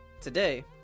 today